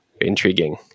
intriguing